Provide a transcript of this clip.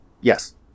yes